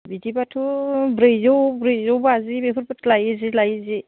बिदिबाथ' ब्रैजौ ब्रैजौ बाजिफोर लायो जि लायै जि